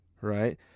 Right